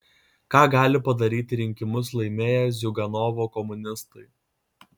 ką gali padaryti rinkimus laimėję ziuganovo komunistai